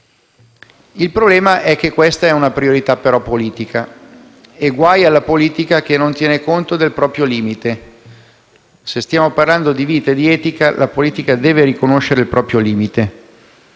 Il problema è che questa è una priorità certamente politica, e guai alla politica che non tiene conto del proprio limite. Se stiamo parlando di vita ed etica, la politica deve riconoscere il proprio limite.